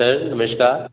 sir नमस्कार